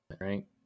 right